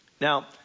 Now